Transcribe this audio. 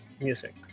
music